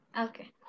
Okay